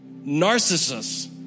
Narcissus